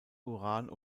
uran